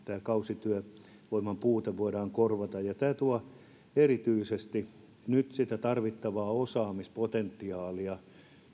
kausityövoiman puutteen voimme korvata tämä erityisesti tuo nyt sitä tarvittavaa osaamispotentiaalia